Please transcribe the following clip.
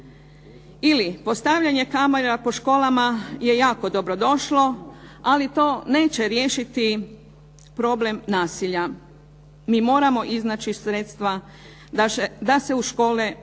Ili postavljanje kamera po školama je jako dobrodošlo, ali to neće riješiti problem nasilja. Mi moramo iznaći sredstva da se u škole pošalju